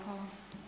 Hvala.